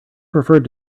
preferred